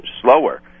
slower